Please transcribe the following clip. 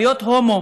להיות הומו,